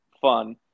fun